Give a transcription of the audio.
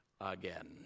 again